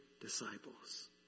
disciples